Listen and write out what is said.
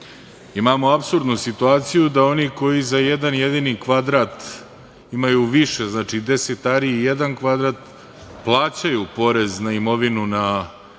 Imamo apsurdnu situaciju da oni koji za jedan jedini kvadrat imaju više, znači 10 ari jedan kvadrat, plaćaju porez na imovinu na